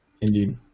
Indeed